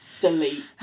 delete